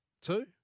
two